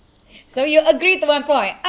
so you agree to my point ah